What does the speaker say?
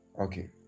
Okay